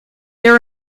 there